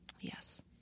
Yes